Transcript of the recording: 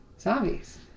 Zombies